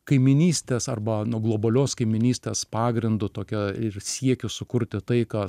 kaimynystės arba nu globalios kaimynystės pagrindu tokio ir siekio sukurti taiką